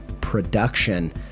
production